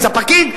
איזה פקיד,